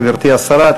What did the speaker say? גברתי השרה,